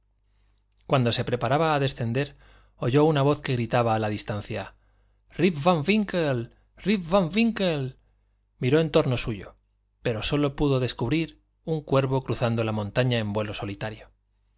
cuando se preparaba a descender oyó una voz que gritaba a la distancia rip van winkle rip van winkle miró en torno suyo pero sólo pudo descubrir un cuervo cruzando la montaña en vuelo solitario